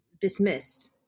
dismissed